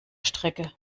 strecke